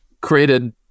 created